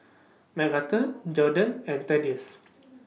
Macarthur Jordon and Thaddeus